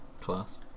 class